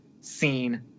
scene